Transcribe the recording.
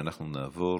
ואנחנו נעבור